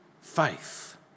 faith